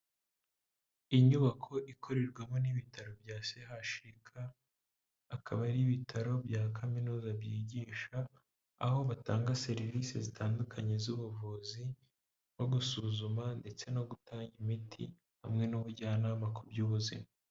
Inyubako ikorerwamo n'ibitaro bya CHUK, akaba ari ibitaro bya kaminuza byigisha, aho batanga serivisi zitandukanye z'ubuvuzi, no gusuzuma ndetse no gutanga imiti hamwe n'ubujyanama ku by'ubuzima.